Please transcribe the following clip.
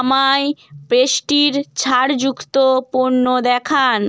আমায় পেস্ট্রির ছাড়যুক্ত পণ্য দেখান